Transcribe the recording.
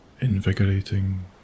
invigorating